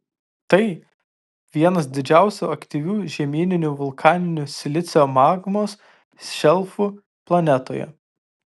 tai vienas didžiausių aktyvių žemyninių vulkaninių silicio magmos šelfų planetoje